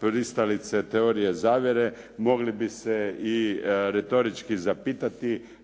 pristalice teorije zavjere, mogli bi se i retorički zapitati